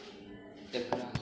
एकरा